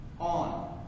on